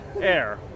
air